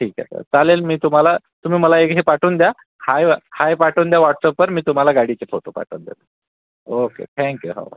ठीक आहे सर चालेल मी तुम्हाला तुम्ही मला एक हे पाठवून द्या हाय हाय पाठवून द्या व्हॉट्स ॲपवर मी तुम्हाला गाडीचे फोटो पाठवून देतो ओके थॅंक्यू हो